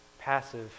passive